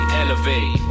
elevate